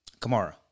Kamara